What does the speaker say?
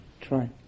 try